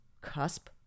cusp